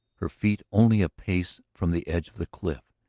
her feet only a pace from the edge of the cliff.